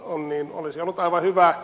se olisi ollut aivan hyvä